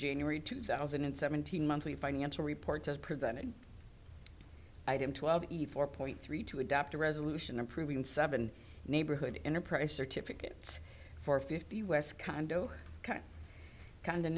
january two thousand and seventeen monthly financial reports as presented item twelve eve four point three to adopt a resolution approving seven neighborhood enterprise certificates for fifty u s condo kind